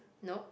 nope